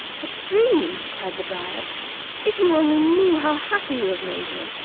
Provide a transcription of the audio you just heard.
a dream! cried the dryad if you only knew how happy you have made me,